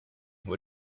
what